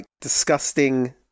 disgusting